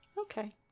Okay